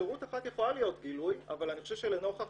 אפשרות אחת יכולה להיות גילוי אבל אני חושב שלנוכח